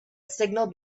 signal